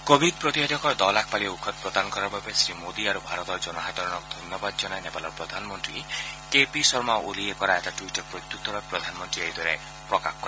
ক ভিড প্ৰতিষেধকৰ দহ লাখ পালি ঔষধ প্ৰদান কৰাৰ বাবে শ্ৰীমোদী আৰু ভাৰতৰ জনসাধাৰণক ধন্যবাদ জনাই নেপালৰ প্ৰধানমন্ত্ৰী কে পি শৰ্মা অলিয়ে কৰা এটা টুইটৰ প্ৰত্যত্তৰত প্ৰধানমন্ত্ৰীয়ে এইদৰে প্ৰকাশ কৰে